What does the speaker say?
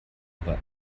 war